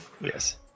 Yes